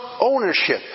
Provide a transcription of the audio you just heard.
ownership